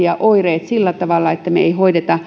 ja oireet kokonaisvaltaisesti ja sillä tavalla että me emme hoida